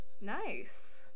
nice